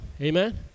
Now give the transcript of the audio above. Amen